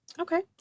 okay